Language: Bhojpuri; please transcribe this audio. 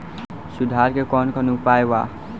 सुधार के कौन कौन उपाय वा?